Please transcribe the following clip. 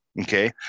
okay